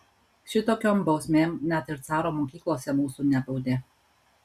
šitokiom bausmėm net ir caro mokyklose mūsų nebaudė